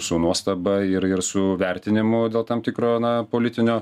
su nuostaba ir ir su vertinimu dėl tam tikro na politinio